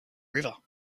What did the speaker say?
river